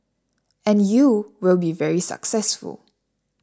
and you will be very successful